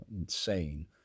insane